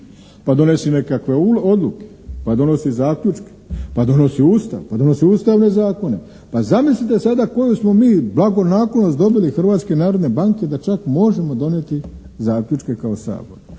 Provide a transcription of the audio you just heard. pa donosi i nekakve odluke, pa donosi zaključke, pa donosi Ustav, pa donosi ustavne zakone, pa zamislite sada koju smo mi blagonaklonost dobili Hrvatske narodne banke da čak možemo donijeti zaključke kao Sabor.